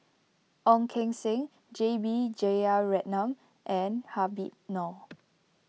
Ong Keng Sen J B Jeyaretnam and Habib Noh